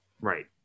Right